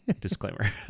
Disclaimer